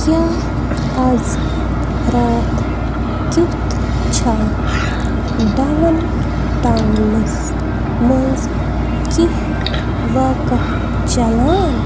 کیاہ آز راتھ کِیُتھ چھا ڈاوُن ٹاونس منز کینٛہہ واقع چلان ؟